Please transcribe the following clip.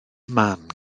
man